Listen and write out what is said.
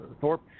Thorpe